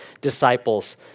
disciples